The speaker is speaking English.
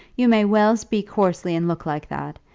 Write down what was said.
you may well speak hoarsely and look like that.